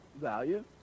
value